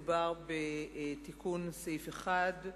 מדובר בתיקון סעיף 1,